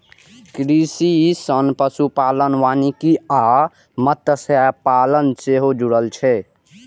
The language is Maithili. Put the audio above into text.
कृषि सं पशुपालन, वानिकी आ मत्स्यपालन सेहो जुड़ल छै